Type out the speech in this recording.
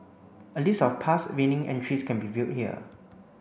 a list of past winning entries can be viewed here